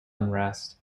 unrest